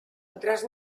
otras